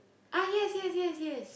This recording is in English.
ah yes yes yes yes